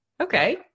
Okay